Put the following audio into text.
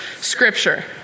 scripture